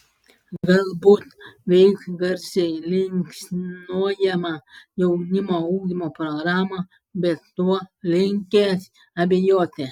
galbūt veiks garsiai linksniuojama jaunimo ugdymo programa bet tuo linkęs abejoti